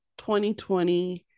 2020